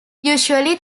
usually